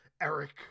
Eric